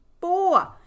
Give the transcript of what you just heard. Four